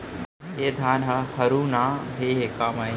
ए धान ह हरूना हे के माई?